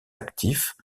actif